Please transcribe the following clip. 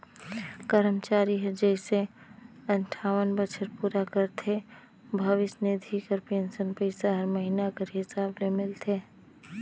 करमचारी हर जइसे अंठावन बछर पूरा करथे भविस निधि कर पेंसन पइसा हर महिना कर हिसाब ले मिलथे